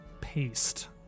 paste